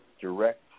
direct